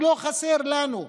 ולא חסרים לנו.